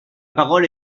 parole